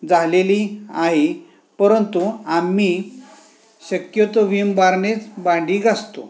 झालेली आहे परंतु आम्ही शक्यतो विम बारनेच भांडी घासतो